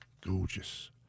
Gorgeous